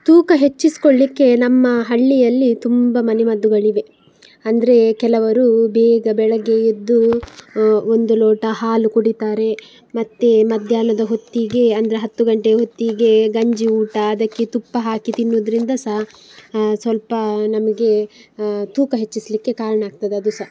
ತೂಕ ಹೆಚ್ಚಿಸಿಕೊಳ್ಲಿಕ್ಕೆ ನಮ್ಮ ಹಳ್ಳಿಯಲ್ಲಿ ತುಂಬ ಮನೆಮದ್ದುಗಳಿವೆ ಅಂದರೆ ಕೆಲವರು ಬೇಗ ಬೆಳಗ್ಗೆ ಎದ್ದು ಒಂದು ಲೋಟ ಹಾಲು ಕುಡಿತಾರೆ ಮತ್ತು ಮಧ್ಯಾಹ್ನದ ಹೊತ್ತಿಗೆ ಅಂದರೆ ಹತ್ತು ಗಂಟೆ ಹೊತ್ತಿಗೆ ಗಂಜಿ ಊಟ ಅದಕ್ಕೆ ತುಪ್ಪ ಹಾಕಿ ತಿನ್ನುದರಿಂದ ಸಹ ಸ್ವಲ್ಪ ನಮಗೆ ತೂಕ ಹೆಚ್ಚಿಸಲಿಕ್ಕೆ ಕಾರಣಾಗ್ತದೆ ಅದು ಸಹ